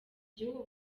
gihugu